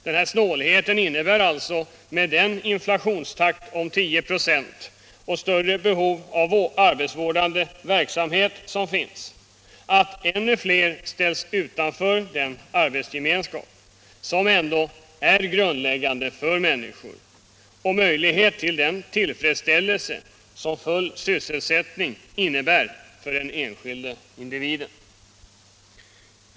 Den snålheten innebär alltså, med en inflationstakt på 10 96 och större behov av arbetsvårdande verksamhet, att ännu fler ställs utanför den arbetsgemenskap som ändå är ett grundläggande behov för människor och den möjlighet till tillfredsställelse som full sysselsättning innebär för den enskilda individen.